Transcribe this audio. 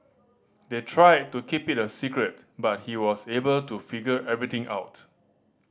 they tried to keep it a secret but he was able to figure everything out